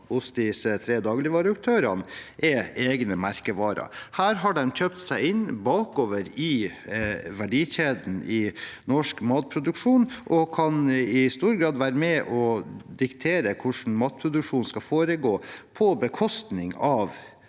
hos disse tre dagligvareaktørene egne merkevarer. Her har de kjøpt seg inn bakover i verdikjeden i norsk matproduksjon og kan i stor grad være med og diktere hvordan matproduksjonen skal foregå, på bekostning av